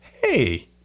hey